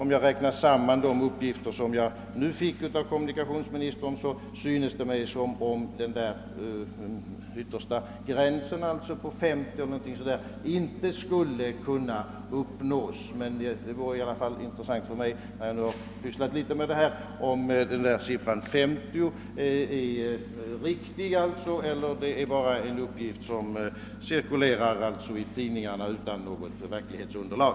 Om jag räknar samman de uppgifter jag nu fick av kommunikationsministern, synes det mig som om den yttersta gränsen på 50 inte skulle kunna uppnås. Det vore ändå intressant för mig, eftersom jag i någon mån har sysslat med detta, att få höra om siffran 50 är riktig, eller om det bara är en uppgift som cirkulerar i tidningarna utan något verkligt underlag.